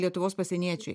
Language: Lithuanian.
lietuvos pasieniečiai